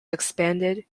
expanded